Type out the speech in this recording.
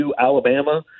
Alabama